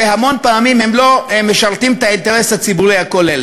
שהמון פעמים הוא לא משרת את האינטרס הציבורי הכולל.